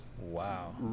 wow